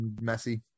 messy